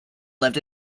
lived